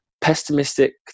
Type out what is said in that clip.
pessimistic